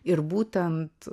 ir būtent